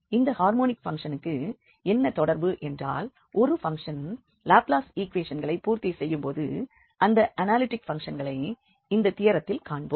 இந்த ஹார்மோனிக் பங்க்ஷனுக்கு என்ன தொடர்பு என்றால் ஒரு பங்க்ஷன் லாப்ளாஸ் ஈக்குவேஷன்களைப் பூர்த்தி செய்யும்போது அந்த அனாலிட்டிக் பங்க்ஷன்களை இந்த தியெரத்திலே காண்போம்